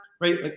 Right